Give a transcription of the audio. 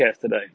today